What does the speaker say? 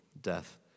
death